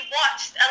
watched